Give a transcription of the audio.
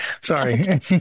Sorry